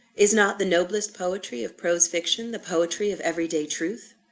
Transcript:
is not the noblest poetry of prose fiction the poetry of every-day truth?